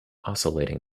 oscillating